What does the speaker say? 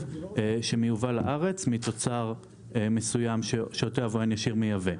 שמיובא לארץ מתוצר מסוים שאותו יבואן ישיר מייבא.